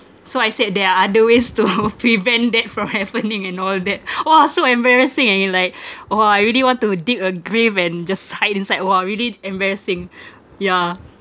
so I said there are other ways to prevent that from happening and all that !wah! so embarrassing and you like !wah! I really want to dig a grave and just hide inside !wah! really embarrassing yeah